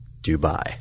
Dubai